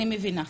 אני מבינה.